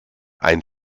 ein